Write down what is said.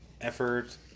effort